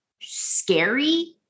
scary